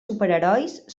superherois